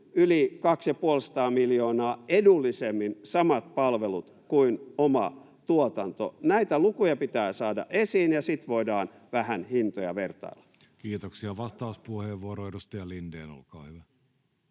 puoli sataa miljoonaa edullisemmin samat palvelut kuin oma tuotanto. Näitä lukuja pitää saada esiin, ja sitten voidaan vähän hintoja vertailla. [Speech 13] Speaker: Jussi Halla-aho